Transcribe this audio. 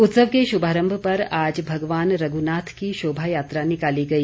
उत्सव के शुभारम्भ पर आज भगवान रघुनाथ की शोभा यात्रा निकाली गई